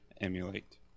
emulate